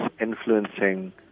influencing